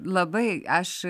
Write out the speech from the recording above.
labai aš